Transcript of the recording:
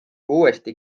uuesti